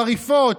חריפות,